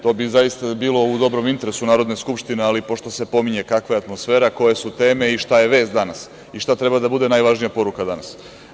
To bi zaista bilo u dobrom interesu Narodne skupštine, ali pošto se pominje kakva je atmosfera, koje su teme i šta je vest danas i šta treba da bude najvažnija poruka danas.